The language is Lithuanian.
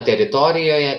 teritorijoje